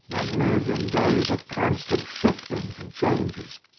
and live in days of constant shiftings and changes.